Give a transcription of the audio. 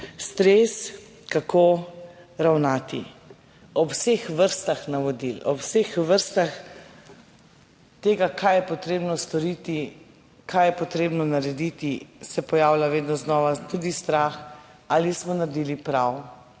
stres. Kako ravnati ob vseh vrstah navodil, ob vseh vrstah tega, kaj je potrebno storiti, kaj je potrebno narediti, ko se pojavlja vedno znova tudi strah, ali smo naredili prav,